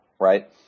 right